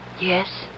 Yes